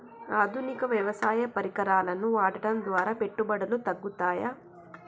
ఆధునిక వ్యవసాయ పరికరాలను వాడటం ద్వారా పెట్టుబడులు తగ్గుతయ?